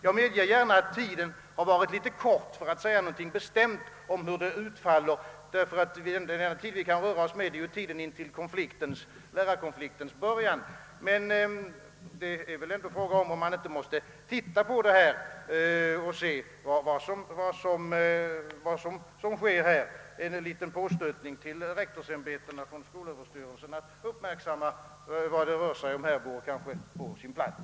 Jag medger gärna att tiden har varit litet väl kort för att kunna säga någonting bestämt om hur den nya ordningen utfaller, eftersom den bara sträcker sig intill lärarkonfliktens början, men man bör ändock studera läget för att se vad som sker. En liten påstötning från skolöverstyrelsen till rektorsämbetena om att uppmärksamma vad det här rör sig om vore kanske på sin plats.